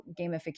gamification